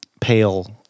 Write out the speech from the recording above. Pale